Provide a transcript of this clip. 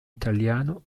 italiano